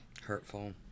Hurtful